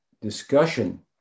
discussion